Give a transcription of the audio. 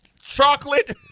chocolate